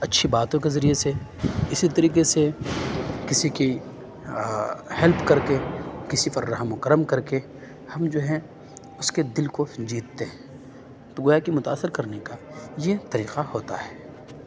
اچھی باتوں کے ذریعے سے اسی طریقے سے کسی کی ہیلپ کر کے كسی پر رحم و کرم كر کے ہم جو ہیں اس کے دل کو جیتتے ہیں تو گویا كہ متأثر كرنے كا یہ طریقہ ہوتا ہے